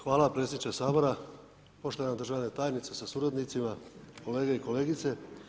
Hvala predsjedniče Sabora, poštovana državna tajnice sa suradnicima, kolege i kolegice.